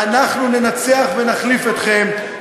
ואנחנו ננצח ונחליף אתכם,